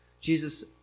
Jesus